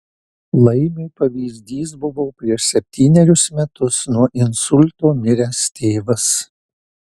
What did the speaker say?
laimiui pavyzdys buvo prieš septynerius metus nuo insulto miręs tėvas